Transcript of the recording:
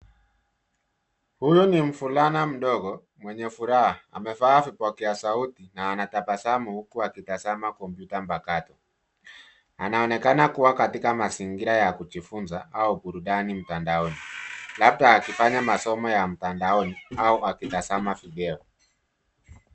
Huyu ni mvulana mdogo mwenye furaha amevaa vipokea sauti na anatabasamu huku akitazama kompyuta mpakato. Anaonekana kuwa katika mazingira ya kujifunza au burudani mtandaoni. Labda akifanya masomo ya mtandaoni au akitazama video.